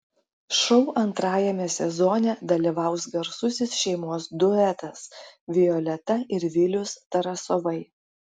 šou antrajame sezone dalyvaus garsusis šeimos duetas violeta ir vilius tarasovai